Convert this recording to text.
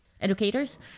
educators